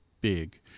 big